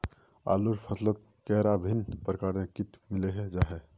आलूर फसलोत कैडा भिन्न प्रकारेर किट मिलोहो जाहा?